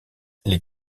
les